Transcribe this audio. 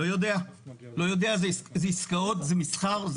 לא יודע, לא יודע, אלה עסקאות, זה מסחר.